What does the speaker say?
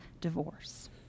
divorce